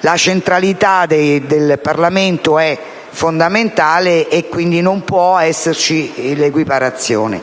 la centralità del Parlamento è fondamentale, e quindi non può esservi equiparazione.